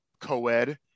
co-ed